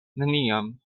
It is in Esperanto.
neniam